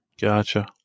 Gotcha